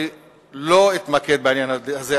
אני לא אתמקד בעניין הזה,